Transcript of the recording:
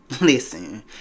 Listen